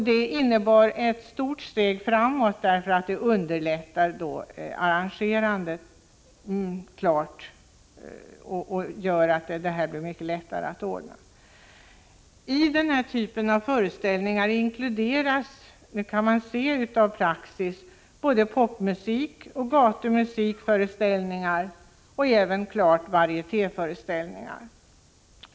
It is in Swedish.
Det innebar ett stort steg framåt, eftersom det klart underlättar arrangerandet. I den här typen av föreställningar inkluderas — det kan man se av praxis — både popmusikoch gatumusikföreställningar och även helt klart varietéföreställningar.